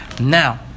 Now